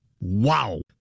Wow